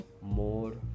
more